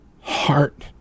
heart